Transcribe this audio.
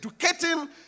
educating